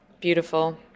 Beautiful